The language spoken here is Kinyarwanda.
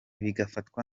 bigafatwa